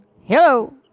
Hello